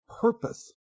purpose